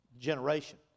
generation